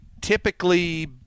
typically